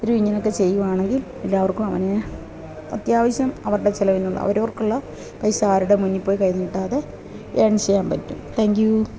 രും ഇങ്ങനെയൊക്കെ ചെയ്യുകയാണെങ്കില് എല്ലാവര്ക്കും അങ്ങനെ അത്യാവശ്യം അവരുടെ ചെലവിനുള്ള അവരവര്ക്കുള്ള പൈസ ആരുടെ മുന്നില്പ്പോയി കൈ നീട്ടാതെ ഏണ് ചെയ്യാന് പറ്റും താങ്ക് യു